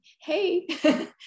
hey